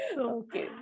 Okay